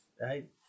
right